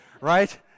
right